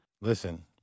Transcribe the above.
Listen